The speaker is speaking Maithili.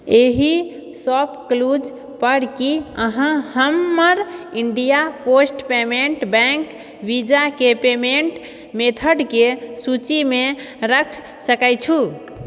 एहि शॉपक्लूजपर की अहाँ हमर इण्डिया पोस्ट पेमेंट्स बैंक वीज़ाके पेमेंट मेथडके सूचीमे राखि सकैत छी